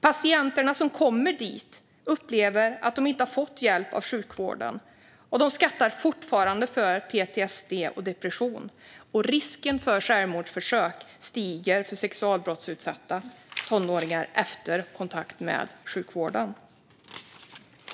Patienterna som kommer dit upplever att de inte har fått hjälp av sjukvården. De skattar fortfarande högt för PTSD och depression, och risken för självmordsförsök stiger för sexualbrottsutsatta tonåringar efter kontakt med sjukvården.